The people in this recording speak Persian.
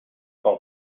خوام